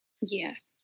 Yes